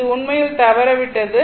இது உண்மையில் தவறவிட்டது